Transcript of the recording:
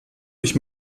ich